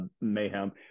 mayhem